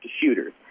shooters